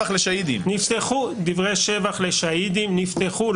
דברי שבח לשאהידים נפתחו,